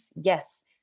Yes